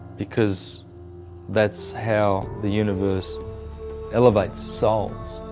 because that's how the universe elevates souls.